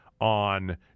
on